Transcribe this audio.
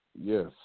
yes